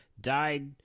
died